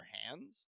hands